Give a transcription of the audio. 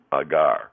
agar